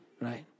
right